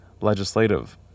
legislative